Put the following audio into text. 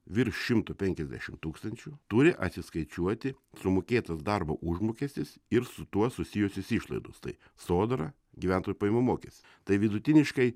virš šimto penkiasdešim tūkstančių turi atsiskaičiuoti sumokėtas darbo užmokestis ir su tuo susijusios išlaidos tai sodra gyventojų pajamų mokestis tai vidutiniškai